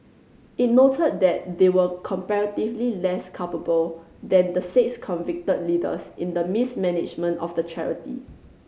it noted that they were comparatively less culpable than the six convicted leaders in the mismanagement of the charity